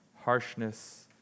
harshness